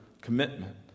commitment